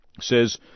says